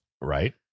Right